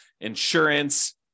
insurance